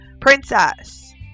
Princess